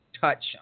touch